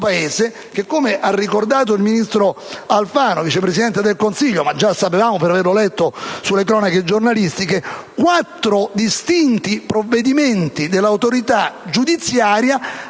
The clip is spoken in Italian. Paese che - come ha ricordato il ministro Alfano, vice Presidente del Consiglio, ma già lo sapevamo avendolo letto sulle cronache giornalistiche - quattro distinti provvedimenti dell'autorità giudiziaria